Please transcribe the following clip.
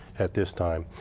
at this time.